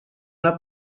una